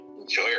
enjoy